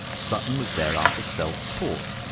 sutton was thereafter self-taught.